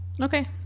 Okay